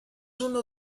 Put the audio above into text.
uno